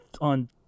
on